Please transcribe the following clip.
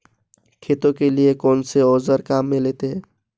खेती के लिए कौनसे औज़ार काम में लेते हैं?